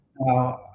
Now